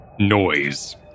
noise